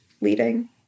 leading